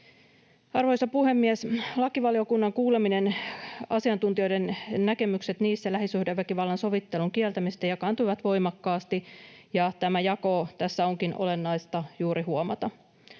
Arvoisa puhemies! Lakivaliokunnan kuulemien asiantuntijoiden näkemykset lähisuhdeväkivallan sovittelun kieltämisestä jakaantuivat voimakkaasti, ja juuri tämä jako onkin tässä olennaista huomata.